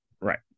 Right